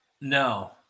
No